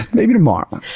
maybe tomorrow.